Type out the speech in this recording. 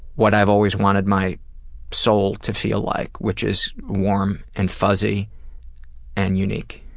what i've always wanted my soul to feel like, which is warm and fuzzy and unique.